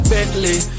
Bentley